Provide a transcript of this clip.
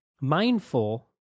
mindful